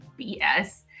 BS